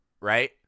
right